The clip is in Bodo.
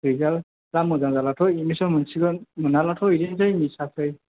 रिजाल्तफ्रा मोजां जाबाथ' एदमिसन मोनसिगोन मोनाब्लाथ' बिदिनोसै मिसासै